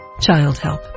Childhelp